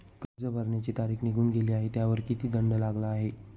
कर्ज भरण्याची तारीख निघून गेली आहे त्यावर किती दंड लागला आहे?